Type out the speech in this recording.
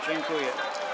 Dziękuję.